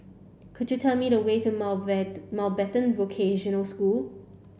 could you tell me the way to Mountbat Mountbatten Vocational School